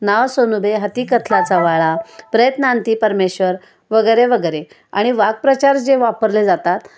नाव सोनुबाई हाती कथलाचा वाळा प्रयत्नान्ति परमेश्वर वगैरे वगैरे आणि वाक्प्रचार जे वापरले जातात